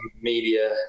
media